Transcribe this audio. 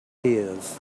his